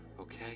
okay